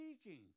speaking